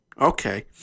Okay